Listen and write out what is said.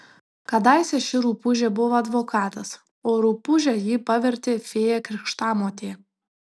kadaise ši rupūžė buvo advokatas o rupūže jį pavertė fėja krikštamotė